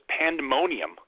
pandemonium